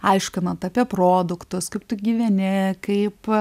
aiškinant apie produktus kaip tu gyveni kaip